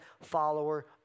follower